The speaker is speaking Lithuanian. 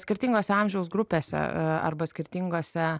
skirtingose amžiaus grupėse arba skirtingose